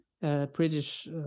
British